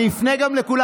אני אפנה גם לכולם.